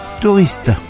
Touriste